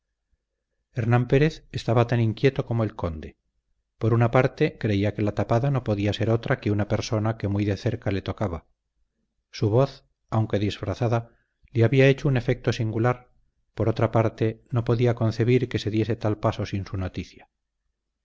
hernán pérez estaba tan inquieto como el conde por una parte creía que la tapada no podía ser otra que una persona que muy de cerca le tocaba su voz aunque disfrazada le había hecho un efecto singular por otra parte no podía concebir que se diese tal paso sin su noticia